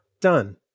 done